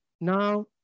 Now